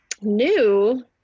new